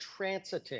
transiting